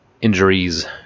injuries